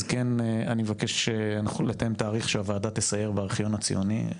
אז כן אני מבקש לתאם תאריך שהוועדה תסייר בארכיון הציוני,